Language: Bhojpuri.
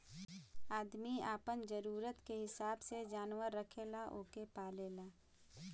आदमी आपन जरूरत के हिसाब से जानवर रखेला ओके पालेला